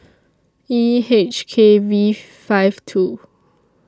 E H K V five two